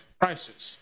prices